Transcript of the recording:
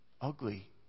ugly